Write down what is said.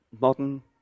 modern